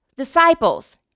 disciples